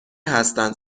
هستند